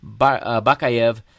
Bakayev